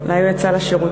אולי הוא יצא לשירותים?